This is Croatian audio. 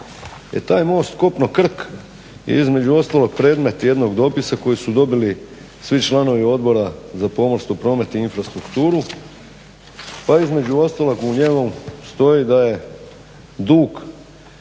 taj most kopno-Krk je između ostalog predmet jednog dopisa koji su dobili svi članovi Odbora za pomorstvo, promet i infrastrukturu pa između ostalog u njemu stoji da je dug